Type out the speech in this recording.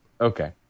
Okay